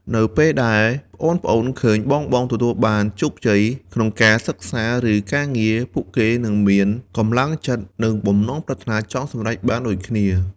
នៅពេលដែលប្អូនៗឃើញបងៗទទួលបានជោគជ័យក្នុងការសិក្សា ឬការងារ ពួកគេនឹងមាន កម្លាំងចិត្ត និងបំណងប្រាថ្នាចង់សម្រេចបានដូចគ្នា ។